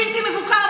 בלתי מבוקר,